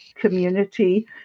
community